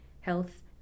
health